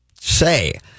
say